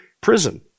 prison